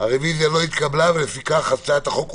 הרוויזיה לא התקבלה, ולפיכך, הצעת החוק אושרה.